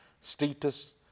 status